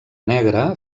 negre